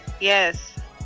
Yes